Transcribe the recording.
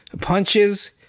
punches